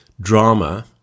Drama